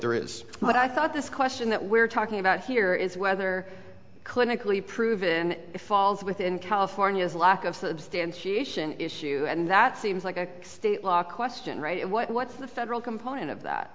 there is but i thought this question that we're talking about here is whether clinically proven falls within california's lack of substantiation issue and that seems like a state law question right what's the federal component of that